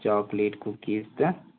chocolate cookies تہٕ